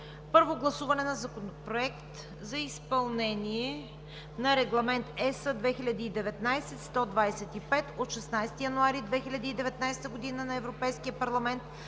разгледа и обсъди Законопроекта за изпълнение на Регламент (ЕС) 2019/125 от 16 януари 2019 г. на Европейския парламент